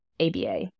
ABA